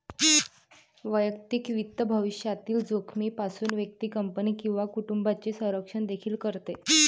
वैयक्तिक वित्त भविष्यातील जोखमीपासून व्यक्ती, कंपनी किंवा कुटुंबाचे संरक्षण देखील करते